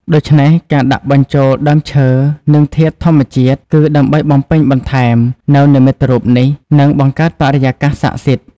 ដូច្នេះ ការដាក់បញ្ចូលដើមឈើ និងធាតុធម្មជាតិ គឺដើម្បីបំពេញបន្ថែមនូវនិមិត្តរូបនេះ និងបង្កើតបរិយាកាសស័ក្តិសិទ្ធិ។